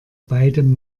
beidem